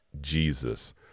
jesus